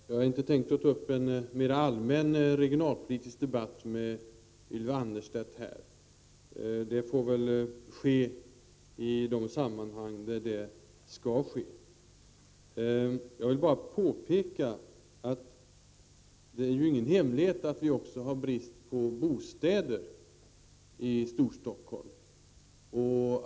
Herr talman! Jag har inte tänkt att ta upp någon mera allmän regionalpolitisk debatt med Ylva Annerstedt här. Det får väl ske i de sammanhang där det skall ske. Jag vill bara påpeka att det inte är någon hemlighet att vi också har brist på bostäder i Storstockholm.